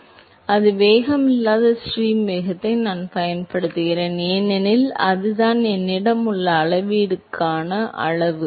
எனவே x மற்றும் y கூறுகளை அளவிட அதே வேகம் இல்லாத ஸ்ட்ரீம் வேகத்தை நான் பயன்படுத்துகிறேன் ஏனெனில் அதுதான் என்னிடம் உள்ள அளவிடக்கூடிய அளவு